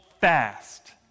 fast